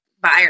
buyer